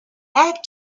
add